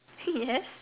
yes